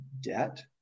debt